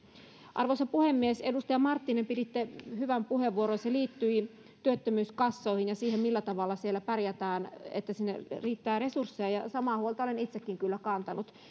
arvoisa puhemies edustaja marttinen piditte hyvän puheenvuoron se liittyi työttömyyskassoihin ja siihen millä tavalla siellä pärjätään ja miten sinne riittää resursseja ja samaa huolta olen itsekin kyllä kantanut